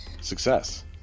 Success